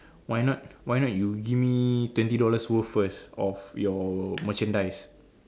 why not why not you give me twenty dollars worth first of your merchandise